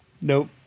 Nope